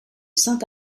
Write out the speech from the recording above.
saint